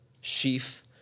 sheaf